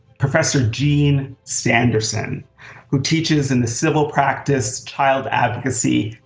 professor jean sanderson who teaches in the civil practice, child advocacy,